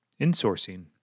insourcing